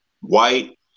White